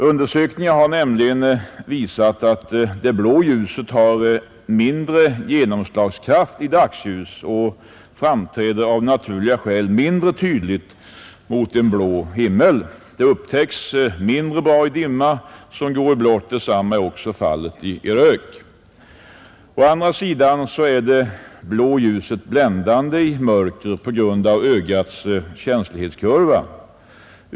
Undersökningar har visat att det blå ljuset har mindre genomslagskraft i dagsljus och det framträder av naturliga skäl mindre tydligt mot en blå himmel. Det upptäcks också mindre bra i dimma, som går i blått, och detsamma är också fallet i rök. Å andra sidan är det blå ljuset bländande i mörker på grund av ögats känslighetskurva.